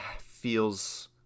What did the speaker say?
feels